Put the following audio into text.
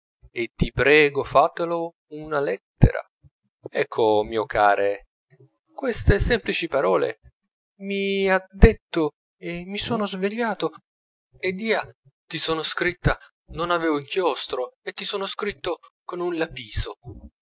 e ti prego fatelo una lettera ecco mio care queste semplice parole mi à detto e mi sono svegliato ed ia ti sono scritta non aveva inchiostro e ti sono scritto con un lapiso